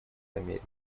америки